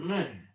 Man